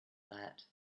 that